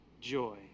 joy